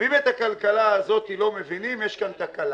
אם את הכלכלה הזאת לא מבינים יש כאן תקלה.